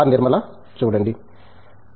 నిర్మల చూడండి